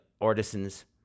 artisans